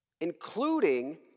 including